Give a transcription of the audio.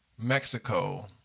Mexico